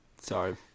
sorry